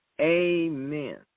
Amen